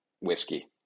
whiskey